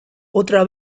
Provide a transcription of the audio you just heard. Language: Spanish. otra